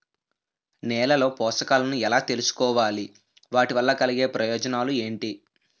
నేలలో పోషకాలను ఎలా తెలుసుకోవాలి? వాటి వల్ల కలిగే ప్రయోజనాలు ఏంటి?